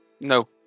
No